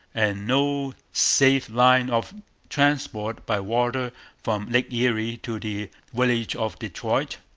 and no safe line of transport by water from lake erie to the village of detroit,